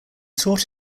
taught